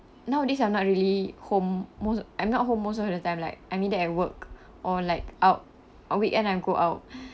nowadays I'm not really home most I'm not home most of the time like I mean that I work or like out on weekend I go out